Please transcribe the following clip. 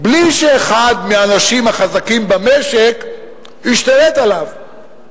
בלי שאחד מהאנשים החזקים במשק ישתלט עליו?